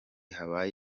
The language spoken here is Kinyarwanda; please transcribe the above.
habaye